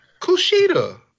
Kushida